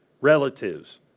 relatives